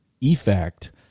effect